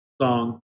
song